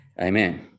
amen